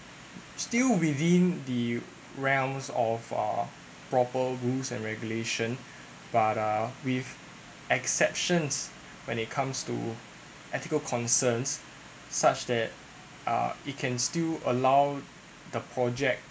still within the realms of uh proper rules and regulation but uh with exceptions when it comes to ethical concerns such that uh it can still allow the project